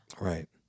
Right